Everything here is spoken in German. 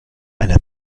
einer